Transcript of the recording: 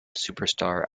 superstar